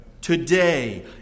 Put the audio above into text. today